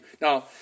Now